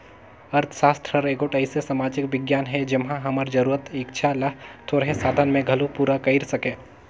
अर्थसास्त्र हर एगोट अइसे समाजिक बिग्यान हे जेम्हां हमर जरूरत, इक्छा ल थोरहें साधन में घलो पूरा कइर सके